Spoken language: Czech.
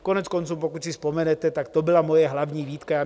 Koneckonců pokud si vzpomenete, tak to byla moje hlavní výtka.